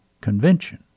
Convention